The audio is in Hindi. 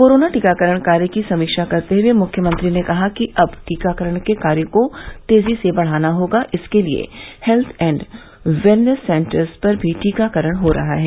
कोरोना टीकाकरण कार्य की समीक्षा करते हुए मुख्यमंत्री ने कहा कि अब टीकाकरण के कार्य को तेजी से बढ़ाना होगा इसके लिए हेत्थ एण्ड वेलनेस सेन्टर्स पर भी टीकाकरण हो रहा है